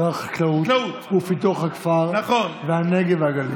שר החקלאות ופיתוח הכפר והנגב והגליל.